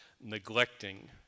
neglecting